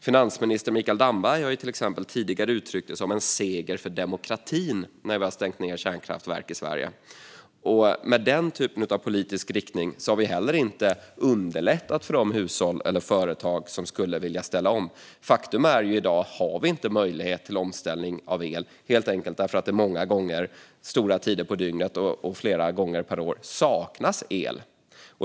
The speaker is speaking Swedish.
Finansminister Mikael Damberg har till exempel tidigare uttryckt det som en seger för demokratin när vi har stängt ned kärnkraftverk i Sverige. Med den typen av politisk riktning har vi heller inte underlättat för de hushåll eller företag som skulle vilja ställa om. Faktum är att vi i dag inte har möjlighet till omställning till el. Det beror helt enkelt på att det många gånger, under stora tider på dygnet och flera gånger per år, saknas el.